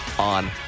On